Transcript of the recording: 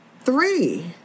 three